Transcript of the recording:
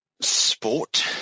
sport